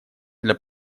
для